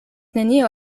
nenio